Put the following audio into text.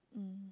mm